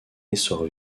essor